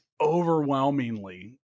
overwhelmingly